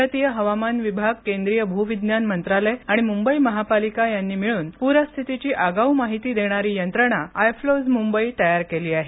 भारतीय हवामान विभाग केंद्रीय भूविज्ञान मंत्रालय आणि मुंबई महापालिका यांनी मिळून प्रस्थितीची आगाऊ माहिती देणारी यंत्रणा आयफ्लोज मुंबई तयार केली आहे